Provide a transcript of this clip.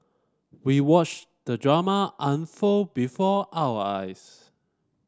we watched the drama unfold before our eyes